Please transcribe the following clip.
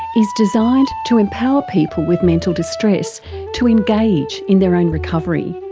is designed to empower people with mental distress to engage in their own recovery,